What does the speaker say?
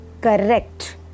correct